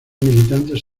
militantes